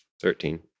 Thirteen